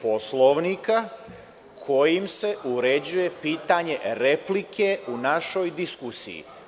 Poslovnika, kojim se uređuje pitanje replike u našoj diskusiji.